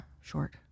short